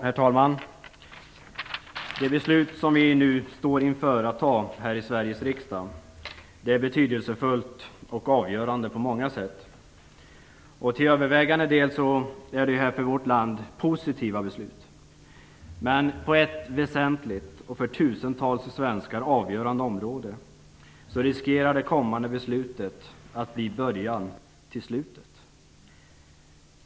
Herr talman! Det beslut som vi nu står inför att fatta i Sveriges riksdag är betydelsefullt och avgörande på många sätt. Till övervägande del gäller det beslut som är positiva för vårt land. På ett väsentligt, och för tusentals svenskar avgörande område, riskerar det kommande beslutet att bli början till slutet.